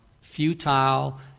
futile